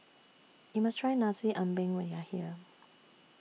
YOU must Try Nasi Ambeng when YOU Are here